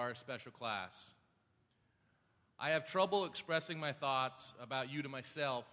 are special class i have trouble expressing my thoughts about you to myself